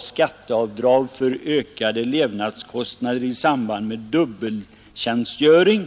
skatteavdrag för ökade levnadskostnader i samband med dubbeltjänstgöring.